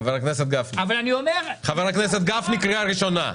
חבר הכנסת גפני, קריאה ראשונה.